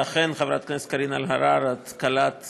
ואכן, חברת הכנסת קארין אלהרר, את קלעת